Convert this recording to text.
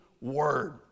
word